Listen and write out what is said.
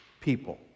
people